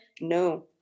no